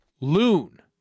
loon